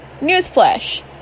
newsflash